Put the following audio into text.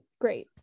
Great